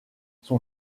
son